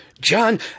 John